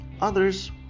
others